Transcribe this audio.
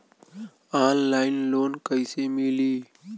Online loan कइसे मिली?